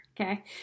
Okay